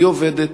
אני עובדת,